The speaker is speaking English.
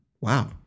Wow